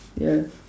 ya